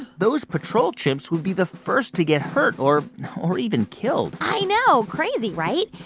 those patrol chimps would be the first to get hurt or or even killed i know. crazy, right?